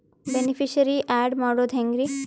Beneficiary, add ಮಾಡೋದು ಹೆಂಗ್ರಿ?